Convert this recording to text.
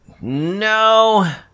no